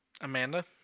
Amanda